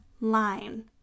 line